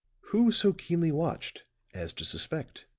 who so keenly watched as to suspect?